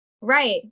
right